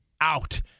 Out